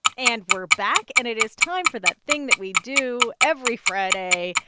and we're back. and it is time for that thing that we do every friday,